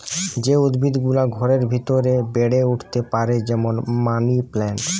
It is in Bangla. যে উদ্ভিদ গুলা ঘরের ভিতরে বেড়ে উঠতে পারে যেমন মানি প্লান্ট